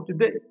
today